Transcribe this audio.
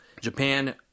Japan